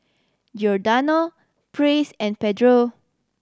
Giordano Praise and Pedro